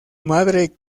madre